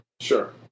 Sure